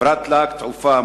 חברת "להק תעופה",